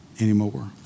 anymore